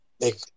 make